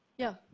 yeah,